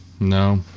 No